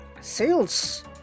sales